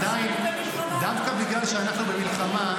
דווקא בגלל שאנחנו במלחמה,